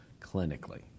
clinically